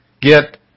get